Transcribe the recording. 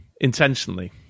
intentionally